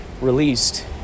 released